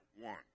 one